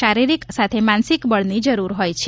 શારીરિક સાથે માનસિક બળની જરૂર હોય છે